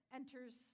enters